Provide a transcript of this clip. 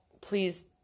please